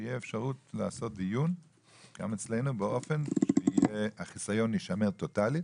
שתהיה אפשרות לעשות דיון גם אצלנו באופן שהחיסיון יישמר טוטאלית